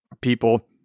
people